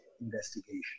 investigation